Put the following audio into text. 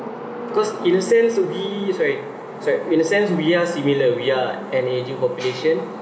cause in a sense would be sorry sorry in a sense we are similar we are an ageing population